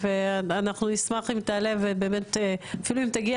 ואנחנו נשמח אם תעלה ואפילו אם תגיע